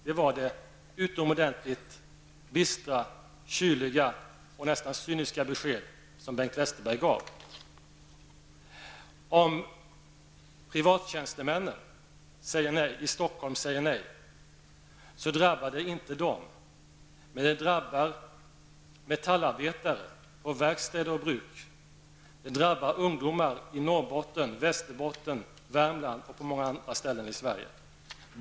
Det var det utomordentligt bistra, kyliga och nästan cyniska besked som Bengt Stockholm säger nej drabbar det inte dem, men det drabbar metallarbetare på verkstäder och bruk, det drabbar ungdomar i Norrbotten, i Västerbotten, i Värmland och på många andra håll i Sverige.